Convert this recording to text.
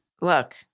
Look